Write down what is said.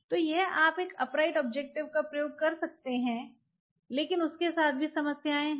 या तो आप एक अपराइट ऑब्जेक्टिव का उपयोग कर सकते हैं लेकिन उसके साथ भी समस्याएँ हैं